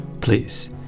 Please